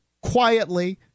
quietly